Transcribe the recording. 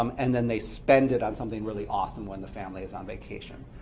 um and then they spend it on something really awesome when the family is on vacation.